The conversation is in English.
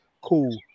cool